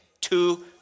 Two